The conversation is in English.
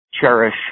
cherish